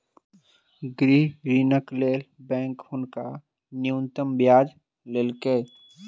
गृह ऋणक लेल बैंक हुनका न्यूनतम ब्याज लेलकैन